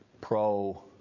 pro